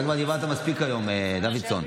אתה כבר דיברת מספיק היום, דוידסון.